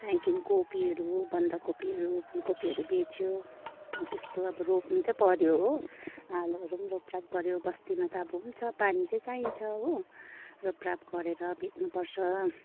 त्यहाँदेखि कोपीहरू बन्दकोपीहरू फुलकोपीहरू बेच्यो हो त्यस्तो अब रोप्नु चाहिँ पऱ्यो हो आलुहरू नि रोपराप गर्नुपऱ्यो बस्तीमा त अब हुन्छ पानी चाहिँ चाहिन्छ हो रोपराप गरेर बेच्नुपर्छ